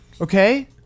Okay